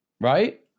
Right